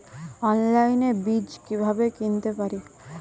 অনলাইনে বীজ কীভাবে কিনতে পারি?